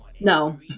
No